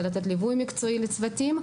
ולתת ליווי מקצועי לצוותים,